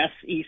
SEC